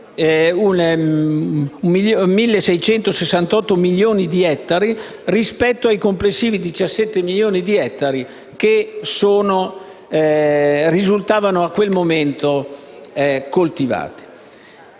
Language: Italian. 1.668 milioni di ettari rispetto ai complessivi 17 milioni di ettari che risultavano a quel momento coltivati.